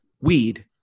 weed